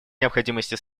необходимости